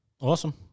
Awesome